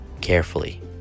carefully